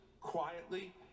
quietly